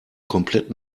komplett